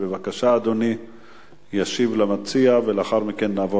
בבקשה, אדוני ישיב למציע ולאחר מכן נעבור